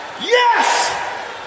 Yes